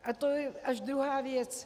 A to je až druhá věc.